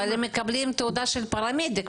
אבל הם מקבלים תעודה של פרמדיק,